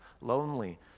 lonely